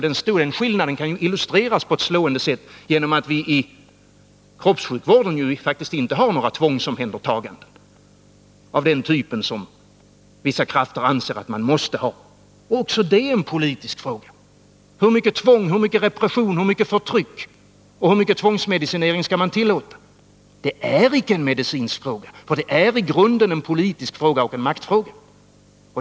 Den skillnaden kan illustreras på ett slående sätt av att vi i kroppssjukvården ju faktiskt inte har några tvångsomhändertaganden av den typ som vissa krafter anser att man måste ha. Det är en politisk fråga hur mycket tvång, hur mycket repression, hur mycket förtryck och hur mycket tvångsmedicinering man skall tillåta. Det är alltså icke en medicinsk fråga, det är i grunden en politisk fråga och en maktfråga.